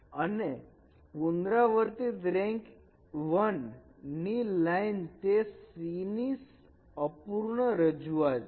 અને પુનરાવર્તિત રેન્ક 1 ની લાઈન તે C ની અપૂર્ણ રજૂઆત છે